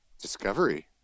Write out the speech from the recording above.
discovery